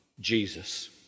Jesus